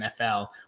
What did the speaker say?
NFL